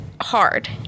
hard